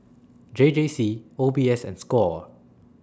J J C O B S and SCORE